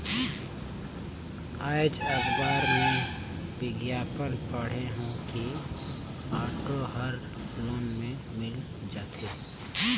आएज अखबार में बिग्यापन पढ़े हों कि ऑटो हर लोन में मिल जाथे